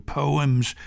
poems